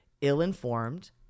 ill-informed